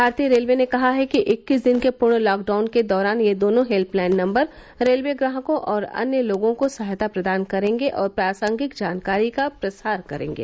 भारतीय रेलवे ने कहा है कि इक्कीस दिन के पूर्ण लॉकडाउन के दौरान ये दोनों हेल्पलाइन नम्बर रेलवे ग्राहकों और अन्य लोगों को सहायता प्रदान करेंगे और प्रासंगिक जानकारी का प्रसार करेंगे